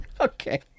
Okay